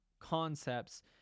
concepts